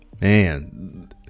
Man